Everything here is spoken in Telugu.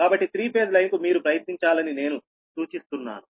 కాబట్టి త్రీ ఫేజ్ లైన్ కు మీరు ప్రయత్నించాలని నేను సూచిస్తున్నాను